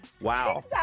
Wow